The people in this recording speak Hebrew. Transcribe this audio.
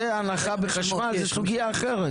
זה הנחה בחשמל, זה סוגיה אחרת.